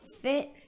fit